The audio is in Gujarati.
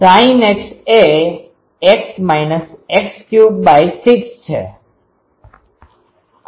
sinx એ x x36 છે